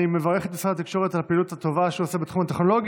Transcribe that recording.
אני מברך את משרד התקשורת על הפעילות הטובה שהוא עושה בתחום הטכנולוגי.